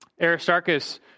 Aristarchus